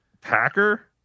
Packer